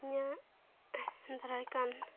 ᱤᱧᱟᱹᱜ ᱫᱟᱨᱟᱭ ᱠᱟᱱ